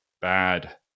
bad